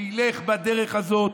שילך בדרך הזאת,